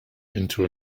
into